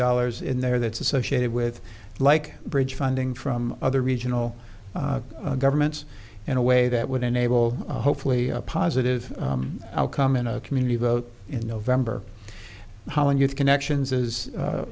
dollars in there that's associated with like bridge funding from other regional governments in a way that would enable hopefully a positive outcome in a community vote in november how in your connections is